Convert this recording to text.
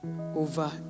over